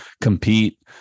compete